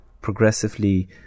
progressively